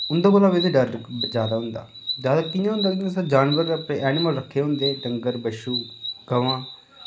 उं'दा कुतै बिच्च डर बेचारा होंदा डर कि'यां होंदा के जिसलै जानवर अपने ऐनीमल रक्खे दे होंदे डंगर बच्छू गवां